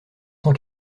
cent